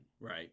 Right